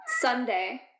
Sunday